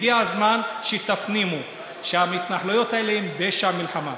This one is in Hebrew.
הגיע הזמן שתפנימו שההתנחלויות האלה הן פשע מלחמה.